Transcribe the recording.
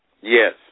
Yes